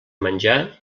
menjar